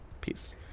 Peace